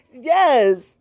Yes